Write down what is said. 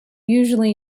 usually